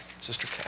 Sister